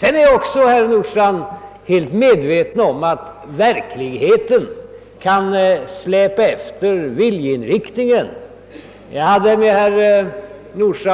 Vidare är jag också, herr Nordstrandh, helt medveten om att verkligheten kan släpa efter viljeinriktningen. Jag hade t.ex. nyss